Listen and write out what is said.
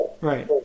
right